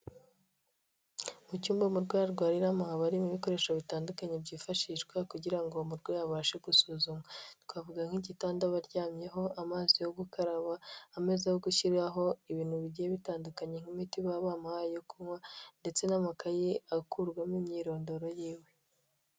Mu cyumba murwayirwariramo ha abamo ibikoresho bitandukanye byifashishwa, kugira ngo umarwayi abashe gusuzumwa. Twavuga nk'igitanda aba aryamyeho, amazi yo gukaraba, ameza aho gushyiraho ibintu bigiye bitandukanye nk'imiti baba bamuhaye yo kunywa, ndetse n'amakaye akurwamo imyirondoro yiwe.